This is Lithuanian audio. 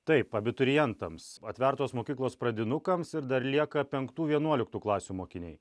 taip abiturientams atvertos mokyklos pradinukams ir dar lieka penktų vienuoliktų klasių mokiniai